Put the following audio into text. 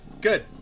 good